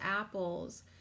apples